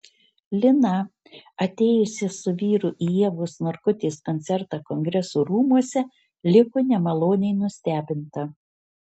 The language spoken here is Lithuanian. lina atėjusi su vyru į ievos narkutės koncertą kongresų rūmuose liko nemaloniai nustebinta